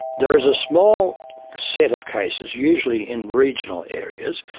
there is a small set of cases, usually in regional areas,